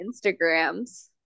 instagrams